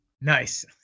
Nice